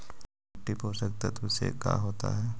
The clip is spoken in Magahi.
मिट्टी पोषक तत्त्व से का होता है?